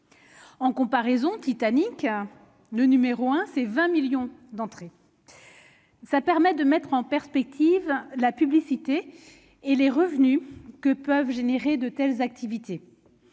comparaison,, le numéro un au, comptabilise 20 millions d'entrées. Cela permet de mettre en perspective la publicité et les revenus que peuvent générer de telles activités.